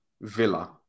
Villa